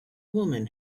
woman